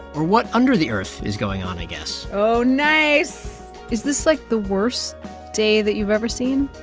or what under the earth is going on, i guess oh, nice is this, like, the worst day that you've ever seen?